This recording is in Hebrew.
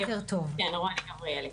כן, רוני גבריאלי.